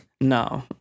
No